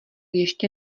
ještě